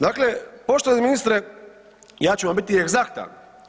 Dakle, poštovani ministre ja ću vam biti egzaktan.